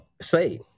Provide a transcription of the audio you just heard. Say